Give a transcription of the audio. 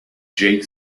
jake